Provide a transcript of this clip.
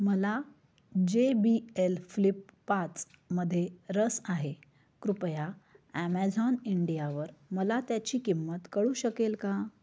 मला J B L flip पाचमध्ये रस आहे कृपया ॲमेझॉन इंडियावर मला त्याची किंमत कळू शकेल का